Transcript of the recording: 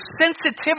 sensitivity